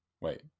Wait